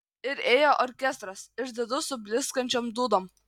ir ėjo orkestras išdidus su blizgančiom dūdom